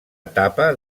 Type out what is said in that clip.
etapa